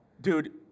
Dude